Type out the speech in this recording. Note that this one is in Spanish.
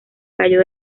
cayó